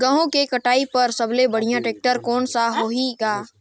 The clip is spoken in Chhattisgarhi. गहूं के कटाई पर सबले बढ़िया टेक्टर कोन सा होही ग?